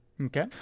Okay